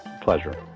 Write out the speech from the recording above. Pleasure